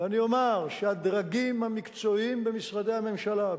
ואני אומר שהדרגים המקצועיים במשרדי הממשלה,